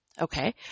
Okay